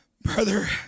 Brother